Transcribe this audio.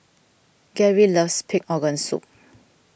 Gary loves Pig Organ Soup